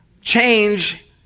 change